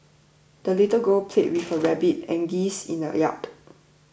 the little girl played with her rabbit and geese in the yard